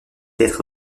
être